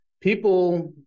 people